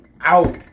out